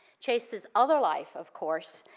chase's other life, of course,